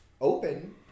open